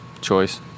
Choice